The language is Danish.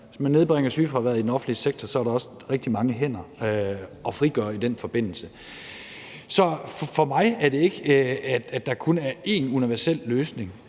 Hvis man nedbringer sygefraværet i den offentlige sektor, er der også rigtig mange hænder at frigøre i den forbindelse. Så for mig er der ikke kun én universel løsning